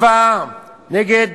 במתקפה נגד